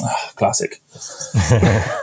classic